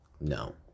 No